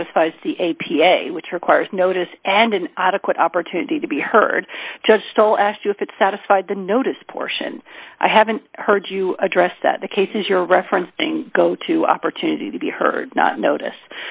satisfies the a p a which requires notice and an adequate opportunity to be heard judge still asked you if it satisfied the notice portion i haven't heard you address that the cases you're referencing go to opportunity to be heard not notice